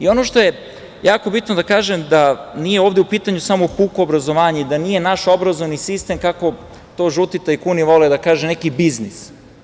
Ono što je jako bitno da kažem, nije ovde u pitanju samo puko obrazovanje i da nije naš obrazovni sistem, kako to žuti tajkuni vole da kažu, neki biznis.